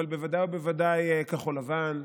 אבל בוודאי ובוודאי כחול לבן,